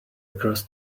across